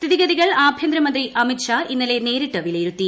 സ്ഥിതിഗതികൾ ആഭ്യന്തര മന്ത്രി അമിത് ഷാ ഇന്നലെ നേരിട്ട് വിലയിരുത്തി